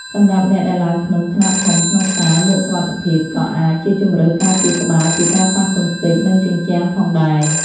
សម្រាប់អ្នកដែលឡើងភ្នំខ្នាតធំក្នុងសាល មួកសុវត្ថិភាព ក៏អាចជាជម្រើសការពារក្បាលពីការប៉ះទង្គិចនឹងជញ្ជាំងផងដែរ។